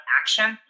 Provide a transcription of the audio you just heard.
action